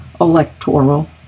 electoral